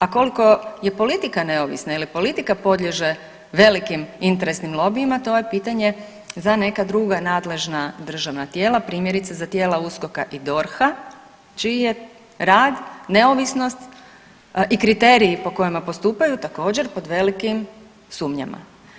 A koliko je politika neovisna, jer politika podliježe velikim interesnim lobijima, to je pitanje za neka druga nadležna državna tijela, primjerice za tijela USKOK-a i DORH-a čiji je rad neovisnost i kriteriji po kojima postupaju također pod velikim sumnjama.